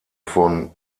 von